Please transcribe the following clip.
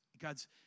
God's